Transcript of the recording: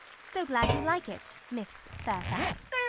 so glad you like it, miss fairfax.